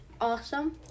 awesome